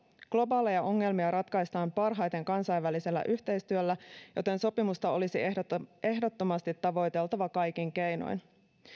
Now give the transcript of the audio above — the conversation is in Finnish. globaaleja ongelmia ratkaistaan parhaiten kansainvälisellä yhteistyöllä joten sopimusta olisi ehdottomasti ehdottomasti tavoiteltava kaikin keinoin